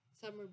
summer